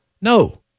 No